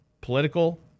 political